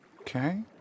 Okay